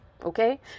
okay